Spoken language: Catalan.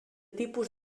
tipus